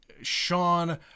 Sean